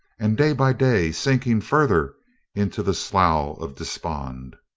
and day by day sinking further into the slough of despond.